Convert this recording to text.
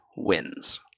wins